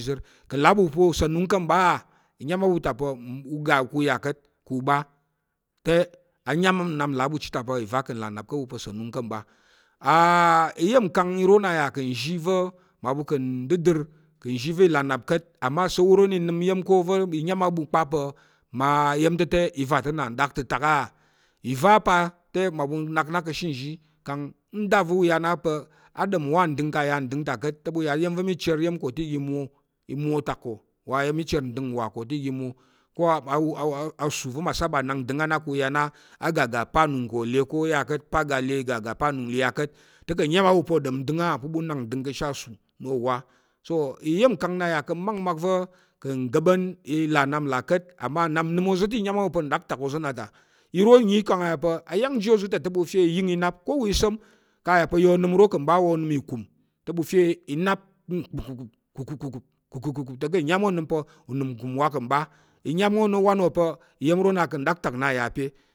ìzər ka̱ nlà á ɓu pa̱ sanung a ɓu ka̱ mɓa á-i nyam á ɓu ta pa̱ ga ka̱ yà ka̱t ka̱ u ɓa te anyam nnap nlà a ɓu chit ta pa̱ ìva ka̱ nlà nnap ka̱ ɓu pa̱ sanung á ɓu ka̱ mɓa. iya̱mkang iro nna yà ka̱ nzhi va̱ mmaɓu ka̱ ndədər ka̱ nzhi va̱ i là nnap ka̱t, amma asa̱l- wu o na i nəm iya̱m ko i nyam á ɓu kpa pa̱ mma iya̱ ta̱ te iva ta̱ nna nɗaktətak á- ìva pa̱ te mmaɓu nna u nak na ka̱ ashe nzhi kang nda va̱ u ya na pa̱ a ɗom nwa ndəng kang a ya ndəng ta ka̱t, te ɓu ya iya̱m mi cher iya̱m ko te i ga i mwo, i mwo atak ko iya̱m va̱ mi cher ndəng ko te i ga mwo atak ko wa mi cher ndəng nwà ko te i ga i mwo, ko asu va̱ mma saba nak ndəng ko, te u ya na ga, ga pa anung ko le ko a ya ka̱t, le ga, ga pa anung ya ka̱t te ka̱ nyam á ɓu pa̱ o ɗom ndəng á pa̱ u ɓa u nak ndəng ka̱ ashe asu na o wà, so iya̱m nkang nna yà pa̱ makmak va̱ ka̱ ga̱ɓa̱n i là nnap ka̱t amma nnap nəm oza̱ te i nyam á ɓu pa̱ nɗaktak oza̱ nna ta, iro nnyi kang a yà pa̱ ayang a ji oza̱ te i yə́ng i náp ko wa isa̱m kang a yà pa̱ ya onəm oro ka̱ ɓa wa onəm ìkum te ɓu fe i náp gukun, gukun gukun te ka̱ nyam onəm pa̱ nɗaktak nna ka̱ m ɓa, i nyam owan wó pa̱ iya̱m ro nna ka̱ m ɓa.